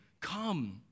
come